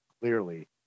Clearly